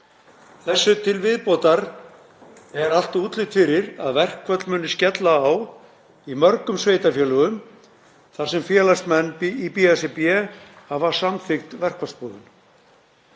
Þessu til viðbótar er allt útlit fyrir að verkföll muni skella á í mörgum sveitarfélögum þar sem félagsmenn í BSRB hafa samþykkt verkfallsboðun.